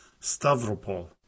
stavropol